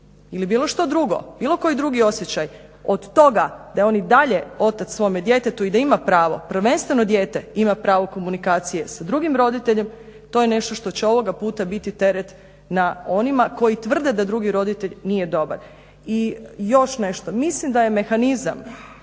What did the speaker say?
ili bilo što drugo, bilo koji drugi osjećaj od toga da je on i dalje otac svome djetetu i da ima pravo prvenstveno dijete ima pravo komunikacije sa drugim roditeljem to je nešto što će ovoga puta biti teret na onima koji tvrde da drugi roditelj nije dobar. I još nešto. Mislim da je mehanizam